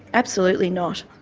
absolutely not.